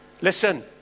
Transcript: Listen